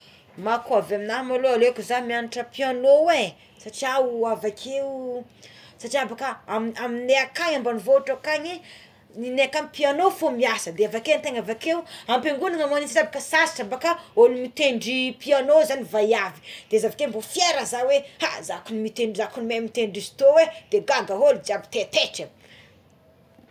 Ma ko avy amignahy aloha aleo za mianatra piano é satria avakeo satria avaka am- amignay akagny ambanivohitra be akagny nenay akany piano fo miasa avakeo avakeo ampiangonana manisa sasatra baka olo mitendry piano zagny vaiavy de izy avekeo za fiera zaho oe zako mitendry mahay mitendry izy tô é de gaga daholo jiaby taitaitra aby.